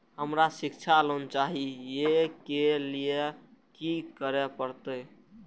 हमरा शिक्षा लोन चाही ऐ के लिए की सब करे परतै?